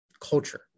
culture